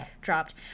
dropped